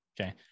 okay